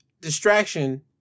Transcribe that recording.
distraction